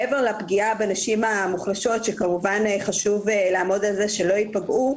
מעבר לפגיעה בנשים המוחלשות שכמובן חשוב לעמוד על כך שלא ייפגעו,